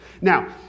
Now